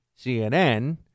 CNN